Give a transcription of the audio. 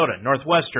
Northwestern